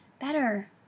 better